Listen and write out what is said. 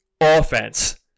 offense